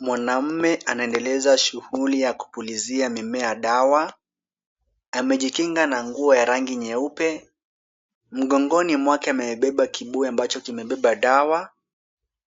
Mwanamume anaendeleza shughuli ya kupulizia mimea dawa. Amejikinga na nguo ya rangi nyeupe. Mgongoni mwake amebeba kibuyu ambacho kimebeba dawa,